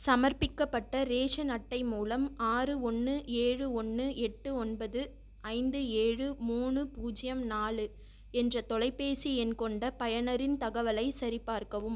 சமர்ப்பிக்கப்பட்ட ரேஷன் அட்டை மூலம் ஆறு ஒன்று ஏழு ஒன்று எட்டு ஒன்பது ஐந்து ஏழு மூணு பூஜ்ஜியம் நாலு என்ற தொலைபேசி எண் கொண்ட பயனரின் தகவலைச் சரிபார்க்கவும்